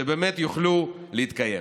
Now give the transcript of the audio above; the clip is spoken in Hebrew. שבאמת יוכלו להתקיים.